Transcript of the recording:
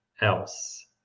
else